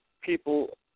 people